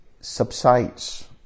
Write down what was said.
subsides